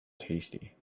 tasty